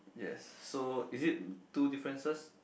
yes so is it two differences